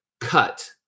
cut